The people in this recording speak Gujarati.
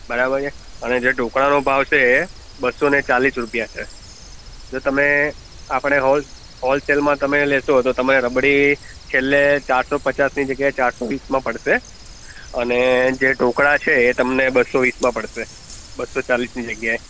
બરાબર છે અને જે ઢોકળાનો ભાવ છે એ બસો ને ચાળીસ રૂપિયા છે જો તમે આપણે હોલ હોલસેલમાં તમે લેશો તો તમને રબડી છેલ્લે ચારસો પચાસની જગ્યાએ ચારસો વીસમાં પડશે અને જે ઢોકળા છે એ તમને બસો વીસમાં પડશે બસો ચાળીસની જગ્યાએ